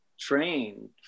trained